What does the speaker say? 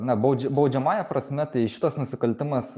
na baudžia baudžiamąja prasme tai šitas nusikaltimas